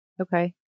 Okay